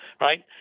Right